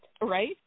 Right